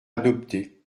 adopté